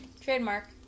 Trademark